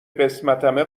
قسمتمه